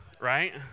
right